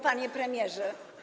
Panie Premierze!